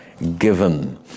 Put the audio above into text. Given